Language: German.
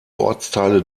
ortsteile